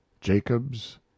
Jacobs